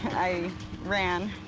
i ran,